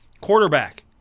quarterback